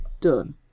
done